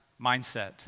mindset